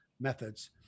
methods